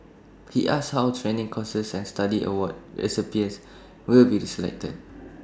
he asked how training courses and study award recipients will be selected